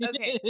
Okay